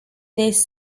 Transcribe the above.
this